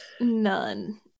None